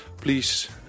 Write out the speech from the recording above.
Please